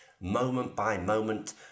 moment-by-moment